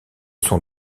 sont